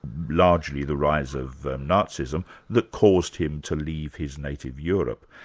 largely the rise of nazism, that caused him to leave his native europe.